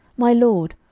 my lord,